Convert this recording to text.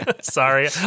Sorry